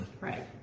Right